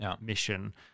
mission